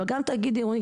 אבל גם תאגיד עירוני,